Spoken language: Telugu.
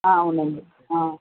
అవునండి